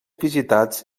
visitats